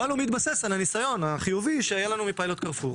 אבל זה מתבסס על הניסיון החיובי שהיה לנו בפיילוט קרפור.